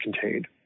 contained